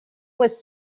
was